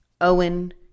Owen